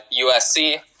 USC